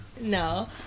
No